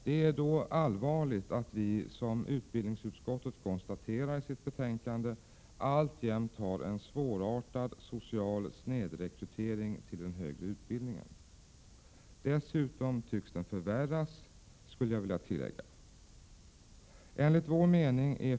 Det är allvarligt att vi, vilket utbildningsutskottet konstaterar i sitt betänkande, alltjämt har en kraftig social snedrekrytering till den högre utbildningen. Dessutom tycks den förvärras, skulle jag vilja tillägga.